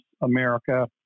America